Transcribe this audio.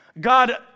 God